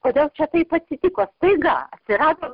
kodėl taip atsitiko staiga atsirado